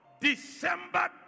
December